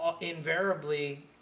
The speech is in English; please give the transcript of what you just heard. invariably